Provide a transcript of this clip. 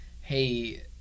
hey